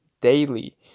daily